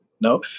No